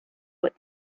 what